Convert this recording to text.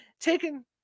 Taken